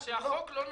לא.